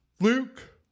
Luke